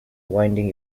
winding